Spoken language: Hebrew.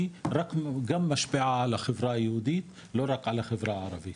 גם משפיעה על החברה היהודית לא רק על החברה הערבית,